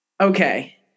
Okay